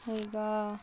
ಈಗ